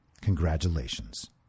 Congratulations